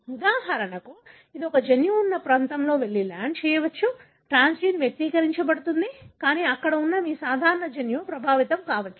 ఉదాహరణకు ఇది ఒక జన్యువు ఉన్న ప్రాంతంలో వెళ్లి ల్యాండ్ చేయవచ్చు ట్రాన్స్జీన్ వ్యక్తీకరించబడుతుంది కానీ అక్కడ ఉన్న మీ సాధారణ జన్యువు ప్రభావితం కావచ్చు